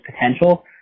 potential